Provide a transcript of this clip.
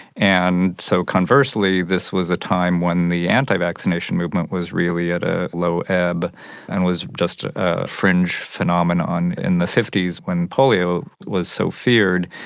and so conversely this was a time when the anti-vaccination movement was really at a low ebb and was just a fringe phenomenon. in the s when polio was so feared,